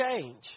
change